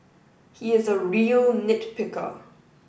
he is a real nit picker